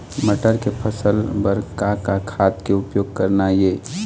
मटर के फसल बर का का खाद के उपयोग करना ये?